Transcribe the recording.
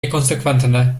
niekonsekwentne